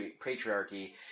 patriarchy